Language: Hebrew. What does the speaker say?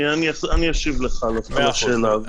אני אשיב לך על השאלה הזאת.